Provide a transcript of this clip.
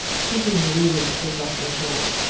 seeking the reason which was left untold.